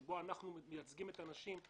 שבו אנחנו מייצגים את הנשים,